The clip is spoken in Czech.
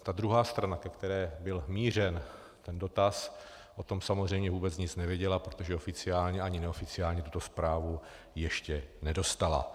Ta druhá strana, ke které byl mířen ten dotaz, o tom samozřejmě nic nevěděla, protože oficiálně ani neoficiálně tuto zprávu ještě nedostala.